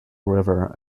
river